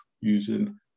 using